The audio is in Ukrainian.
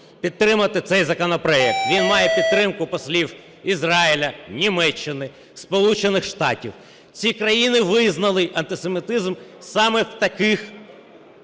підтримати цей законопроект, він має підтримку послів Ізраїлю, Німеччини, Сполучених Штатів. Ці країни визнали антисемітизм саме в таких значеннях.